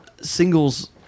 singles